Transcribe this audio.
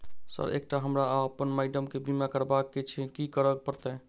Sir एकटा हमरा आ अप्पन माइडम केँ बीमा करबाक केँ छैय की करऽ परतै?